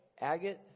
Agate